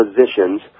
positions